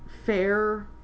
fair